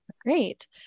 Great